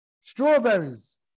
Strawberries